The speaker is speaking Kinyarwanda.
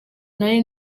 nari